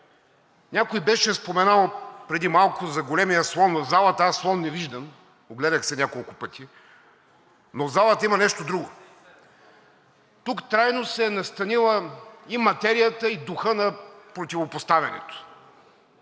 Някой беше споменал преди малко за големия слон в залата –аз слон не виждам, огледах се няколко пъти. В залата има нещо друго – тук трайно са се настанили и материята, и духът на противопоставянето